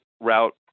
route